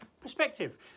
perspective